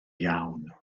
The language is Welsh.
iawn